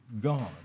God